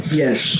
yes